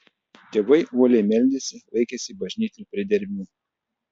tėvai uoliai meldėsi laikėsi bažnytinių priedermių